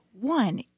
one